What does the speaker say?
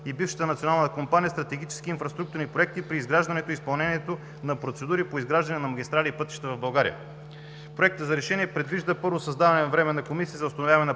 и бившата Национална компания „Стратегически инфраструктурни проекти“ при изграждането и изпълнението на процедури по изграждане на магистрали и пътища в България“. Проектът за решение предвижда: „1. Създаване на Временна комисия за установяване на